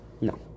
no